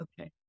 okay